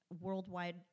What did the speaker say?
worldwide